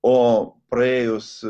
o praėjus